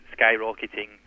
skyrocketing